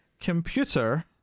computer